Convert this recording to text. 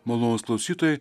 malonūs klausytojai